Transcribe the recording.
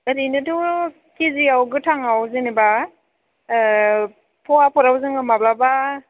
ओरैनोथ' खिजियाव गोथाङाव जेनेबा फवाफोराव जोङो माब्लाबा